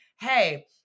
Hey